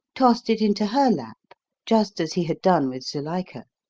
tossed it into her lap just as he had done with zuilika.